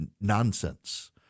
nonsense